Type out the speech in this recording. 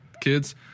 kids